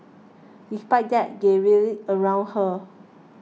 despite that they rallied around her